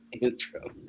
intro